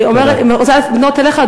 אני רוצה לפנות אליך,